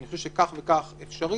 אני חושב שכך וכך אפשרי,